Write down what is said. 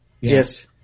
Yes